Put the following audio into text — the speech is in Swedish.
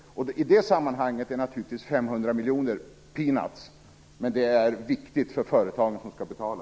I det sammanhanget är naturligtvis 500 miljoner kronor en struntsumma, men detta är viktigt för företagen som skall betala.